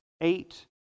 eight